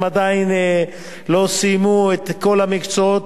הם עדיין לא סיימו את כל המקצועות,